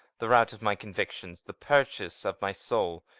the rout of my convictions, the purchase of my soul.